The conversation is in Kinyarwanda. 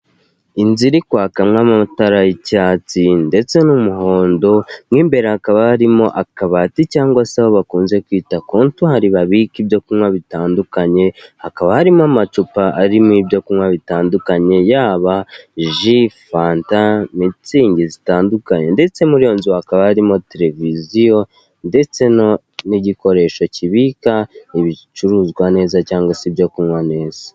Inzu iri kwakamwa amatara y'icyatsi ndetse n'umuhondo mo imbere hakaba harimo akabati cyangwa se aho bakunze kwita kontwari babika ibyo kunywa bitandukanye, hakaba harimo amacupa arimo ibyo kunywa bitandukanye, yaba ji fanta mitsinzi zitandukanye ndetse muri iyo nzu hakaba harimo televiziyo ndetse n'igikoresho kibika ibicuruzwa neza cyangwa se ibyo kunywa neza.